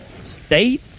State